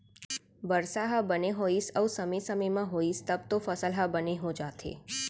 बरसा ह बने होइस अउ समे समे म होइस तब तो फसल ह बने हो जाथे